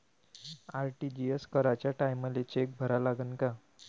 RTGS कराच्या टायमाले cheque भरा लागन का?